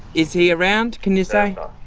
is he around, can you say? no,